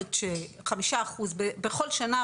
אומרת שבכל שנה,